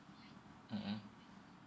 mmhmm